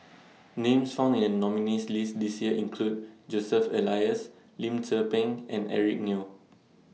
Names found in The nominees' list This Year include Joseph Elias Lim Tze Peng and Eric Neo